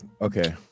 Okay